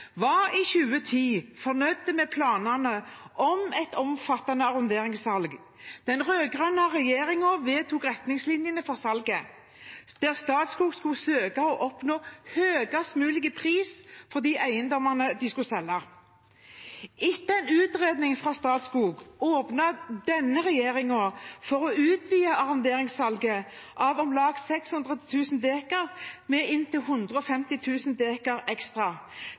var i 2010 fornøyd med planene om et omfattende arronderingssalg. Den rød-grønne regjeringen vedtok retningslinjene for salget, der Statskog skulle søke å oppnå høyest mulig pris for de eiendommene de skulle selge. Etter en utredning fra Statskog åpnet denne regjeringen for å utvide arronderingssalget av om lag 600 000 dekar med inntil 150 000 dekar ekstra